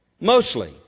mostly